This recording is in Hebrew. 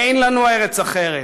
אין לנו ארץ אחרת,